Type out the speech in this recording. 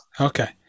Okay